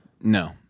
No